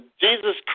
Jesus